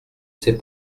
sais